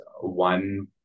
one